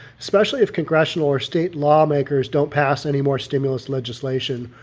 especially if congressional or state lawmakers don't pass any more stimulus legislation.